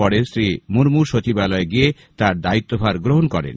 পরে শ্রী মুর্মু সচিবালয়ে গিয়ে তাঁর দায়িত্বভার গ্রহণ করেন